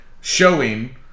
showing